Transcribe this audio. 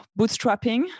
bootstrapping